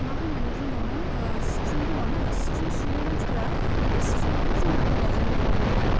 मा होननानै बुंबावनो सिफुं दङ ना सिफुं सुयो मानसिफ्रा बे सिफुङाबो जोंना औवाजोंनो बानायो